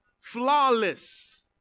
Flawless